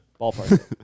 Ballpark